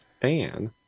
fan